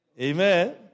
Amen